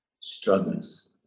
struggles